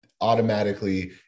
automatically